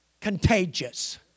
contagious